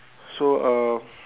so uh